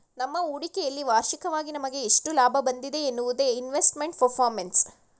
ನಮ್ಮ ಹೂಡಿಕೆಯಲ್ಲಿ ವಾರ್ಷಿಕವಾಗಿ ನಮಗೆ ಎಷ್ಟು ಲಾಭ ಬಂದಿದೆ ಎನ್ನುವುದೇ ಇನ್ವೆಸ್ಟ್ಮೆಂಟ್ ಪರ್ಫಾರ್ಮೆನ್ಸ್